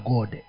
God